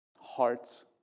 hearts